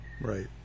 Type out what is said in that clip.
Right